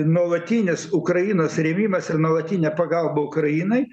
nuolatinis ukrainos rėmimas ir nuolatinė pagalba ukrainai